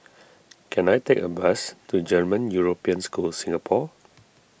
can I take a bus to German European School Singapore